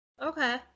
okay